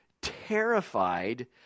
terrified